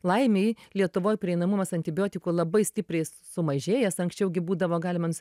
laimei lietuvoj prieinamumas antibiotikų labai stipriai sumažėjęs anksčiau gi būdavo galima nus